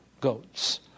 goats